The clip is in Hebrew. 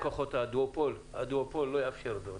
הדואופול לא יאפשר זאת,